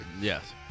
Yes